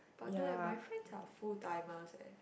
but no eh my friends are full timers eh